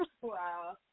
Wow